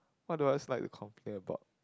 what do I like to complain about